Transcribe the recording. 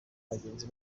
bagenzi